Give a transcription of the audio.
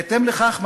בהתאם לכך,